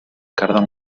carden